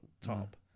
top